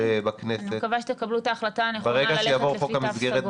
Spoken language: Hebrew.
אני מקווה שתקבלו את ההחלטה הנכונה ללכת לפי תו סגול.